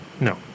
No